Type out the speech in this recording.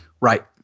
Right